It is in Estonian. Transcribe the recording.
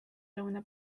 lõuna